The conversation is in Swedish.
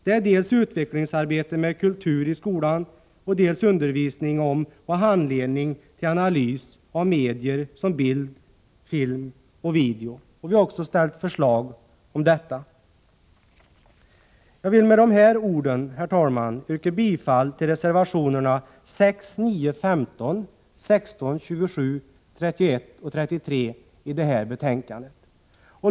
Det är dels utvecklingsarbete med kultur i skolan, dels undervisning och handledning i analys av medier som bild, film och video. Vi har också lagt fram förslag om detta. Jag vill med de här orden, herr talman, yrka bifall till reservationerna 6, 9, 15, 16, 27, 31 och 33 till detta betänkande.